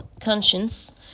Conscience